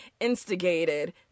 instigated